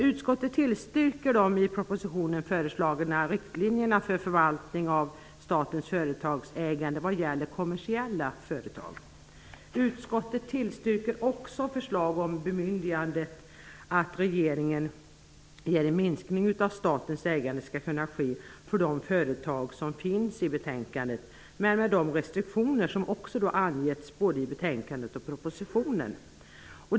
Utskottet tillstyrker också förslaget om ett bemyndigande för regeringen att en minskning av statens ägande skall kunna ske för de företag som angivits i betänkandet men med de restriktioner som angivits både i betänkandet och i propositionen.